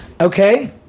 Okay